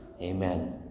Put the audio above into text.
Amen